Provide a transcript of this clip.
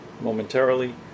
momentarily